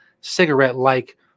cigarette-like